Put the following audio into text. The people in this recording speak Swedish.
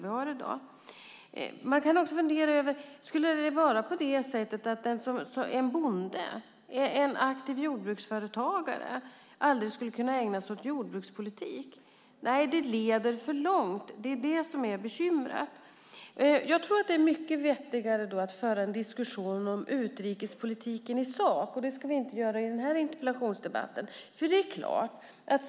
Skulle i så fall en bonde, en aktiv jordbruksföretagare, aldrig kunna ägna sig åt jordbrukspolitik? Nej, detta leder för långt, och det är bekymret. Det är vettigare att föra en diskussion om utrikespolitiken i sak, vilket vi inte ska göra i denna interpellationsdebatt.